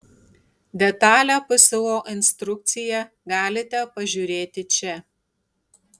detalią pso instrukciją galite pažiūrėti čia